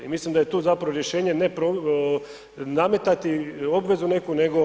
I mislim da je tu zapravo rješenje ne nametati obvezu neku nego